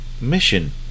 mission